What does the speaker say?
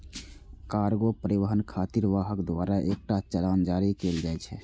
cargo परिवहन खातिर वाहक द्वारा एकटा चालान जारी कैल जाइ छै